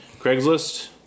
Craigslist